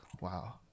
wow